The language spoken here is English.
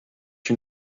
you